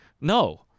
No